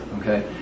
Okay